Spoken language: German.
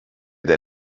der